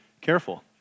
careful